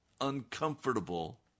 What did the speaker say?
uncomfortable